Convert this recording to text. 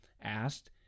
asked